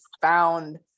found